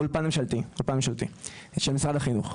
אולפן ממשלתי של משרד החינוך.